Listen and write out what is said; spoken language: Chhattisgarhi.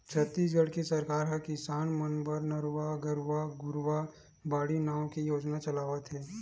छत्तीसगढ़ के सरकार ह किसान मन बर नरूवा, गरूवा, घुरूवा, बाड़ी नांव के योजना चलावत हे